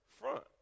front